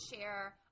share